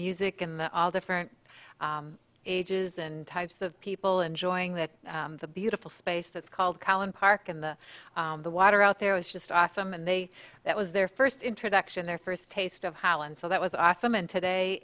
music and all different ages and types of people enjoying that the beautiful space that's called collin park and the the water out there was just awesome and they that was their first introduction their first taste of holland so that was awesome and today